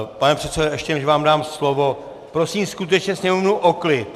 Pane předsedo, ještě než vám dám slovo, prosím skutečně sněmovnu o klid!